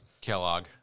Kellogg